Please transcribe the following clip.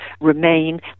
remain